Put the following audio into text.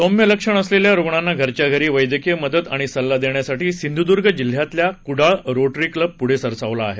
सौम्य लक्षण असलेल्या रुग्णांना घरच्या घरी वैद्यकीय मदत आणि सल्ला देण्यासाठी सिंधूद्ग जिल्ह्यातला कुडाळ रोटरी क्लब पुढे सरसावला आहे